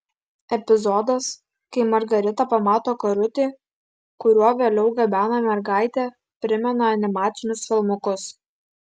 epizodas kai margarita pamato karutį kuriuo vėliau gabena mergaitę primena animacinius filmukus